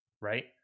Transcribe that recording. right